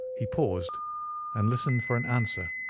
he paused and listened for an answer.